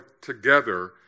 together